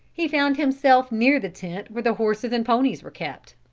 he found himself near the tent where the horses and ponies were kept.